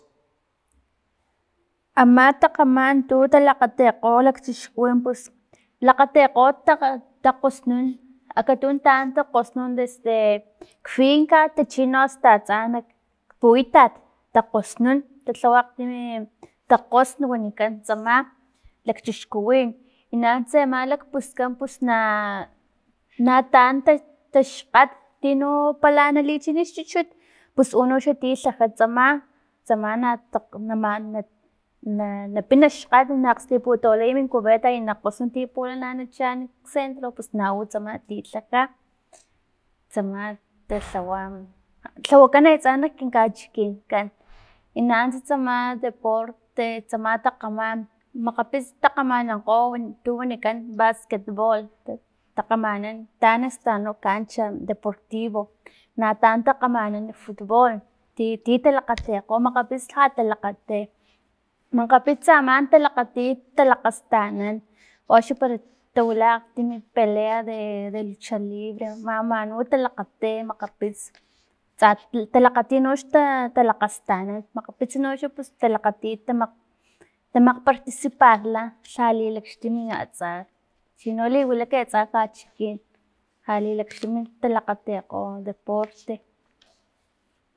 Ama takgaman tu takgalhikgo lak chixkuwin pus lakgatekgo takg takgosnun akatun taan kgosnun desde kfinca tachin no asta atsa nak puitat takgosnun tathawa akgtum takgosn wanikan tsama lakchiskuwin nanunts ama kakpuskan pus na nataan takgat tino pala na lichin xchuchut pus uno xa tino tlaja tsama, tsama natk- nama- na- na pina xkgat na akgstiputawilay min cubeta i na kgosnun ti pulana na chaan kcentro pus utsama ti natlaja tsama atlawa tlawakan atsa nakin kachikinkan i nanunts tsama deporte tsama takgaman makgapits takgamanankgo tu wanikan basquetbol takgamanan taan asta anu cancha deportivo na taan takgamanan futbol ti- ti talakgatikgo makgapits lha talakgati makgapits ama talakgati talakgastanan o axa para tawila akgtim pelea de lucha libre, man manu talakgati makgapits tsa talakgati no talakgastanan makgapits noxla talakgati tma- tmakgparticiparla lha li laxtim atsa chino liwilak atsa kachikin, lha li laxtim talakgetekgo deporte.